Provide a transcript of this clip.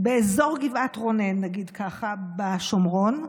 באזור גבעת רונן, נגיד ככה, בשומרון.